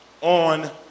on